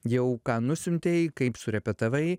jau ką nusiuntei kaip surepetavai